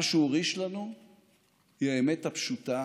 מה שהוא הוריש לנו הוא האמת הפשוטה: